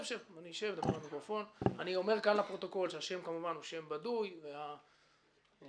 אני אומר לפרוטוקול שהשם הוא שם בדוי וההופעה,